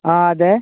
ആ അതെ